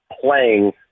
playing